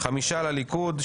חמישה לליכוד,